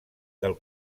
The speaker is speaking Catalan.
del